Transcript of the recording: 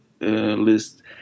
list